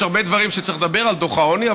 יש הרבה דברים שצריך לומר על דוח העוני,